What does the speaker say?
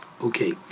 Okay